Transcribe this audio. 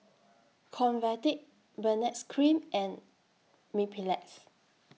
Convatec Benzac Cream and Mepilex